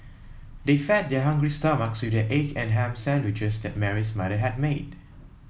they fed their hungry stomachs with the egg and ham sandwiches that Mary's mother had made